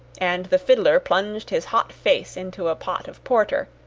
and the fiddler plunged his hot face into a pot of porter,